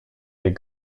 des